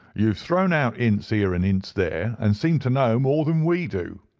you have thrown out hints here, and hints there, and seem to know more than we do,